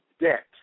debt